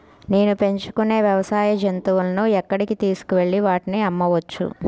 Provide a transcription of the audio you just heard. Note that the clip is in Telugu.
నేను పెంచుకొనే వ్యవసాయ జంతువులను ఎక్కడికి తీసుకొనివెళ్ళి వాటిని అమ్మవచ్చు?